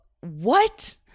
what-